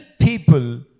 people